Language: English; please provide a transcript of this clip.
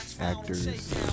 actors